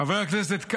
חבר הכנסת,